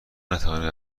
نتوانید